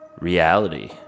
Reality